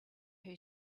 who